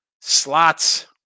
slots